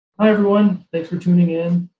hi everyone thanks for tuning in.